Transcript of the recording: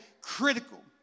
critical